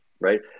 Right